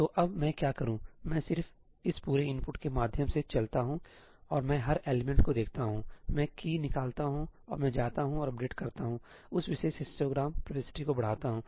तो अब मैं क्या करूं मैं सिर्फ इस पूरे इनपुट के माध्यम से चलता हूं और मैं हर एलिमेंट को देखता हूंमैं की'key' निकालता हूं और मैं जाता हूं और अपडेट करता हूं उस विशेष हिस्टोग्राम प्रविष्टि को बढ़ाता हूं